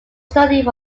study